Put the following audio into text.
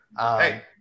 Hey